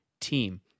team